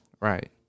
Right